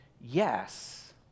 yes